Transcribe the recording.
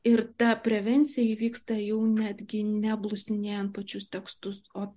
ir ta prevencija įvyksta jau netgi ne blusinėjant pačius tekstus o